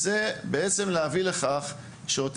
להביא לכך שעל